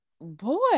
boy